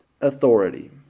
authority